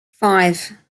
five